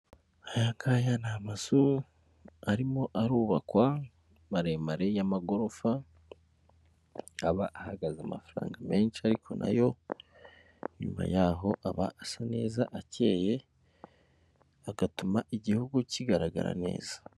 Aya ngya ni amazu arimo arubakwa maremare y'amagorofa, aba ahagaze amafaranga menshi, ariko nayo nyuma yaho aba asa neza akeye, agatuma igihugu kigaragara neza.